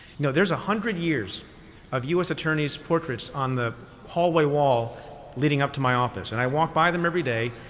you know there's one ah hundred years of us attorneys' portraits on the hallway wall leading up to my office. and i walk by them every day,